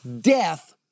Death